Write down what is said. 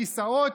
לכיסאות.